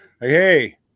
hey